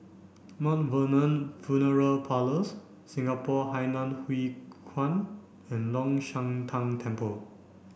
Vernon Funeral Parlours Singapore Hainan Hwee Kuan and Long Shan Tang Temple